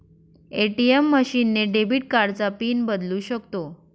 ATM machine ने debit कार्डचा PIN बदलू शकतो